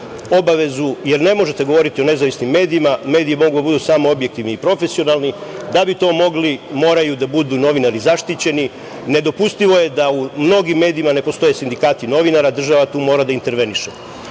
jer ne možete govoriti o nezavisnim medijima, mediji mogu da budu samo objektivni i profesionalni. Da bi to mogli, moraju da budu novinari zaštićeni. Nedopustivo je da u mnogim medijima ne postoje sindikati novinara. Država tu mora da interveniše. Novinari